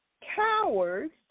Cowards